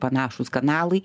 panašūs kanalai